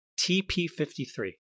TP53